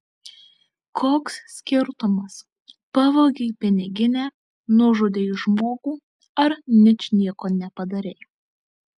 koks skirtumas pavogei piniginę nužudei žmogų ar ničnieko nepadarei